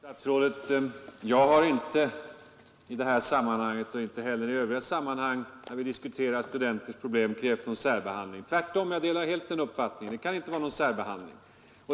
Herr talman! Jag har inte i det här sammanhanget och inte heller i andra sammanhang när vi diskuterat studenternas problem krävt någon särbehandling av denna grupp. Tvärtom delar jag helt statsrådets uppfattning att det inte skall vara någon särbehandling.